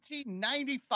1995